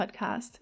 podcast